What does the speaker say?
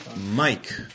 Mike